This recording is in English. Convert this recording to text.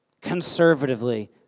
conservatively